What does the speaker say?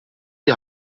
die